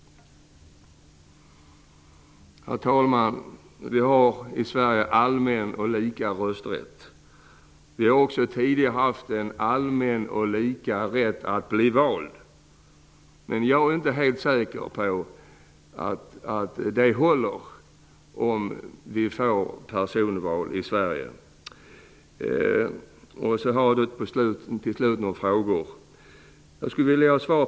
Herr talman! Vi har i Sverige allmän och lika rösträtt. Vi har också tidigare haft en allmän och lika rätt att bli vald. Men jag är inte helt säker på att detta håller om vi får personval i Sverige. Till slut ett par frågor.